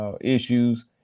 issues